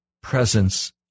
presence